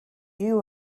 you